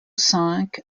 cinq